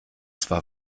zwar